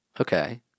Okay